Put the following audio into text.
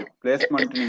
placement